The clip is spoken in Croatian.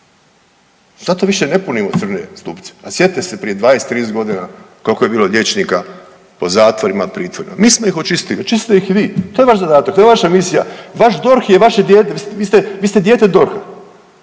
zato više ne punimo crne stupce, a sjetite se prije 20, 30 godina koliko je bilo liječnika po zatvorima, pritvorima. Mi smo ih očistili, očistite ih vi, to je vaš zadatak, to je vaša misija, vaš DORH je vaše dijete, vi ste, vi ste dijete